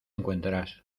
encuentras